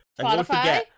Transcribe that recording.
Spotify